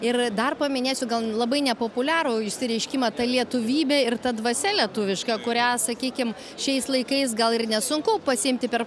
ir dar paminėsiu gal labai nepopuliarų išsireiškimą ta lietuvybė ir ta dvasia lietuviška kurią sakykim šiais laikais gal ir nesunku pasiimti per